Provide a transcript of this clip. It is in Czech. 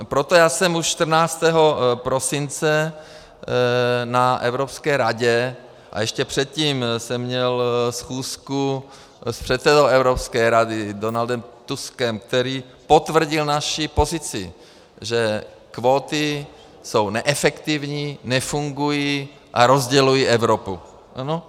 Proto já jsem už 14. prosince na Evropské radě, a ještě předtím jsem měl schůzku s předsedou Evropské rady Donaldem Tuskem, který potvrdil naši pozici, že kvóty jsou neefektivní, nefungují a rozdělují Evropu, ano.